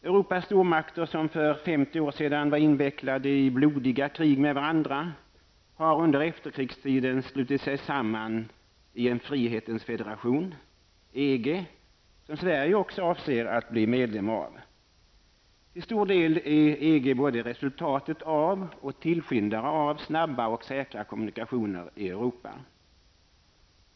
Europas stormakter, som för 50 år sedan var invecklade i blodiga krig med varandra, har under efterkrigstiden slutit sig samman i en frihetens federation -- EG, som Sverige också avser att bli medlem av. Till stor del är EG både resultatet av och tillskyndare av snabba och säkra kommunikationer i Europa.